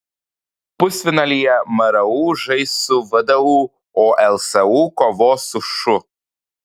pusfinalyje mru žais su vdu o lsu kovos su šu